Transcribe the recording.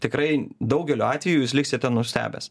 tikrai daugeliu atvejų jūs liksite nustebęs